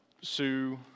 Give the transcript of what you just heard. Sue